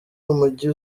umujyi